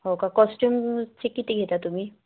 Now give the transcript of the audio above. हो का कॉस्च्युमचे किती घेता तुम्ही